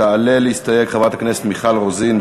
תעלה להסתייג חברת הכנסת מיכל רוזין.